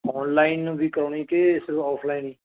online ਵੀ ਕਰਵਾਉਣੀ ਕਿ ਸਿਰਫ ਓਫਲਾਈਨ ਹੀ